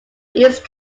east